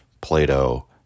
Plato